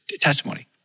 testimony